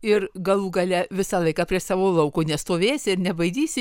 ir galų gale visą laiką prie savo lauko nestovėsi ir nebaidysi